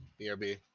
BRB